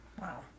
Wow